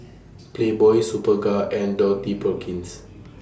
Playboy Superga and Dorothy Perkins